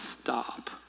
stop